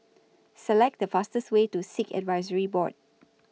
Select The fastest Way to Sikh Advisory Board